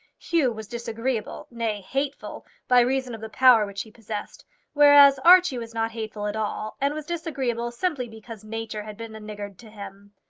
hugh was disagreeable, nay hateful, by reason of the power which he possessed whereas archie was not hateful at all, and was disagreeable simply because nature had been a niggard to him.